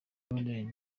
lauren